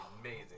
amazing